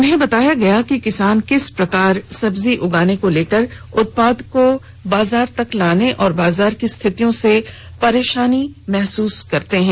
उन्हें बताया गया कि किसान किस प्रकार सब्जी उगाने से लेकर उत्पाद को बाजार तक लाने और बाजार की स्थितियों से परेशानी महसूस करते हैं